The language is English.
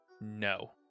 no